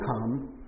come